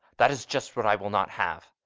that is just what i will not have.